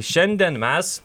šiandien mes